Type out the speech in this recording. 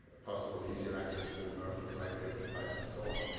ah possible easier access to the mrf, but the right vehicle types and so on,